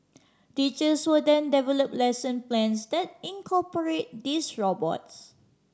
teachers will then develop lesson plans that incorporate these robots